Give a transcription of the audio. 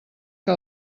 que